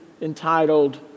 entitled